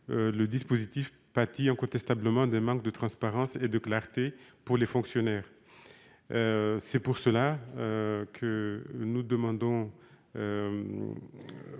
le dispositif pâtit incontestablement d'un manque de transparence et de clarté pour les fonctionnaires. C'est pourquoi nous demandons